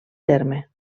terme